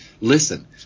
listen